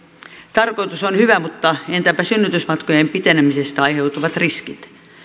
tarkoitus on hyvä mutta entäpä synnytysmatkojen pitenemisestä aiheutuvat riskit